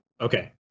Okay